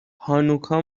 هانوکا